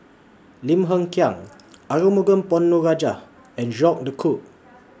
Lim Hng Kiang Arumugam Ponnu Rajah and Jacques De Coutre